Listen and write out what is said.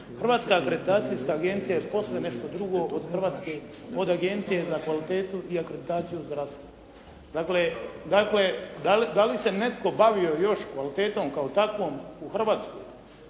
Hrvatska akreditacijska agencija je posve nešto drugo od Agencije za kvalitetu i akreditaciju u zdravstvu. Dakle, da li se netko bavio još kvalitetom kao takvom u Hrvatskoj